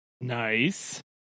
Nice